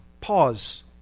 Pause